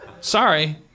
Sorry